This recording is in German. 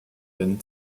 bin